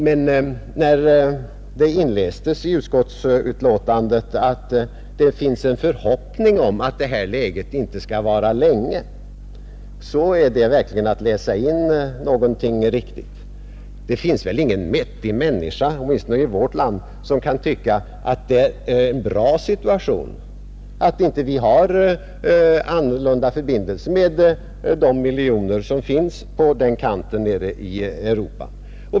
Men när man i utskottets betänkande inläste att det finns en förhoppning om att det nuvarande läget inte skall vara länge, läste man verkligen in något som är riktigt. Det finns väl ingen vettig människa — åtminstone i vårt land — som kan tycka att det är en bra situation att våra förbindelser inte är annorlunda med de miljoner som finns på den kanten nere i Europa.